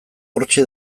hortxe